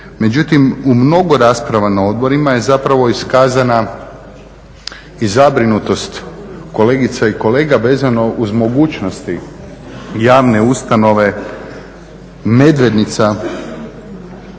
Međutim, u mnogo rasprava na odborima je zapravo iskazana i zabrinutost kolegica i kolega vezano uz mogućnosti javne ustanove Medvednica